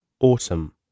autumn